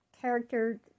character